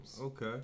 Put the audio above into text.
Okay